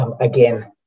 again